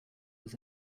was